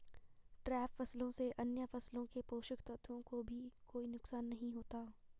trap फसलों से अन्य फसलों के पोषक तत्वों को भी कोई नुकसान नहीं होता